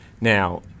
Now